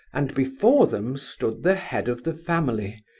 and before them stood the head of the family,